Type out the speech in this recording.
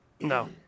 No